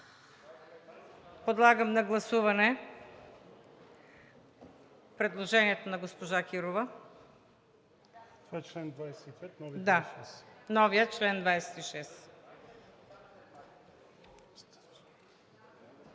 Подлагам на гласуване предложението на госпожа Кирова. Това е новият чл.